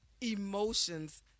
emotions